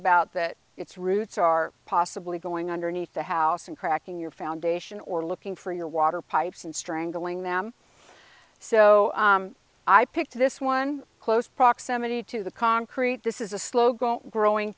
about that its roots are possibly going underneath the house and cracking your foundation or looking for your water pipes and strangling them so i picked this one close proximity to the concrete this is a slow growing